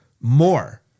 more